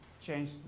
change